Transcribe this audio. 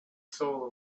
soul